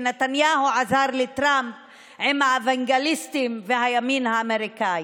ונתניהו עזר לטראמפ עם האוונגליסטים והימין האמריקאי.